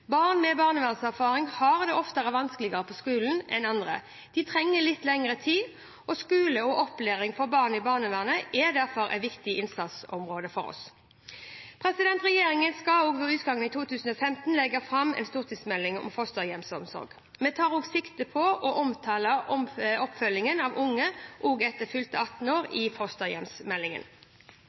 Barn med barnevernserfaring har det ofte vanskeligere på skolen enn andre barn. De trenger litt lengre tid. Skole og opplæring for barn i barnevernet er derfor et viktig innsatsområde for oss. Regjeringen skal ved utgangen av 2015 legge fram en stortingsmelding om fosterhjemsomsorgen. Vi tar sikte på å omtale oppfølgingen av unge også etter fylte 18 år